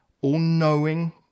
all-knowing